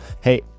Hey